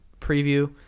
preview